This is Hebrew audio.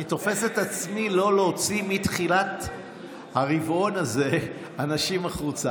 אני תופס את עצמי לא להוציא מתחילת הרבעון הזה אנשים החוצה.